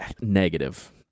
negative